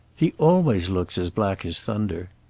he always looks as black as thunder.